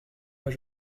pas